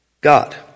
God